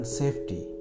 safety